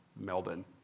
Melbourne